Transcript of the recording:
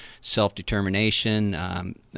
self-determination